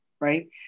right